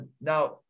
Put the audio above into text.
Now